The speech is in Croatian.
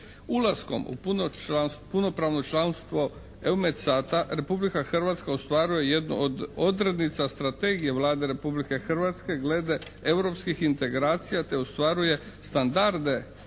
Ulaskom u punopravno članstvo EUMETSAT-a Republika Hrvatska ostvaruje jednu od odrednica strategija Vlade Republike Hrvatske glede europskih integracija te ostvaruje standarde